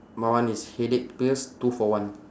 my one is headache pills two for one